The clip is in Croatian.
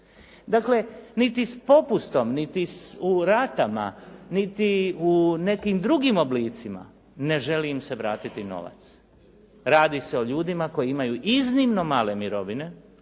Dakle niti s popustom niti u ratama niti u nekim drugim oblicima ne želi im se vratiti novac. Radi se o ljudima koji imaju iznimno male mirovine.